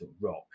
rock